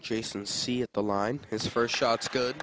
jason see at the line his first shots good